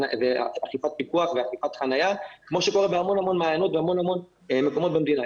אכיפת פיקוח ואכיפת חניה כמו שקורה בהמון מעיינות והמון מקומות במדינה.